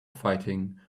fighting